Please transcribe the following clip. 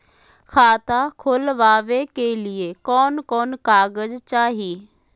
खाता खोलाबे के लिए कौन कौन कागज चाही?